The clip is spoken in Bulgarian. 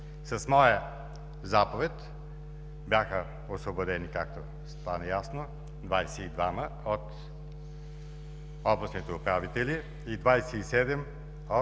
С моя заповед бяха освободени, както стана ясно, 22-ма от областните управители и 27 от